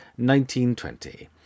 1920